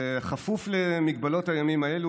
בכפוף למגבלות הימים האלה,